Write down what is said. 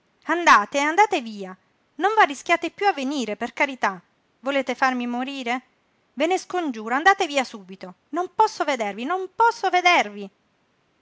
andate andate via non v'arrischiate piú a venire per carità volete farmi morire ve ne scongiuro andate via subito non posso vedervi non posso vedervi